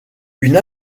une